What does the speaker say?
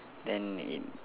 then it